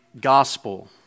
gospel